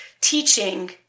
teaching